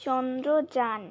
Chandrayaan